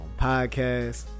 podcast